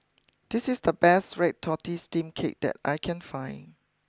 this is the best Red Tortoise Steamed Cake that I can find